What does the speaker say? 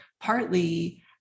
partly